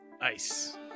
Ice